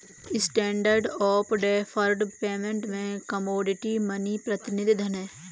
standard of deferred payment में commodity money प्रतिनिधि धन हैं